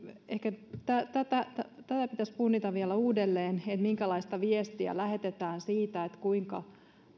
ehkä tätä tätä pitäisi punnita vielä uudelleen minkälaista viestiä lähetetään siitä kuinka